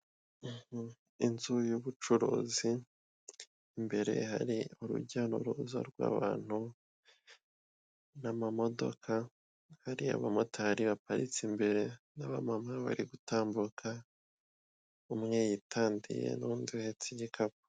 Inzu y'ubucuruzi imbere hari urujya n'uruza rw'abantu, n'amamodoka hari abamotari baparitse imbere n'abamama bari gutambuka umwe yitandiye n'undi ahetse igikapu.